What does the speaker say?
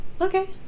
Okay